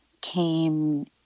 came